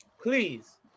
Please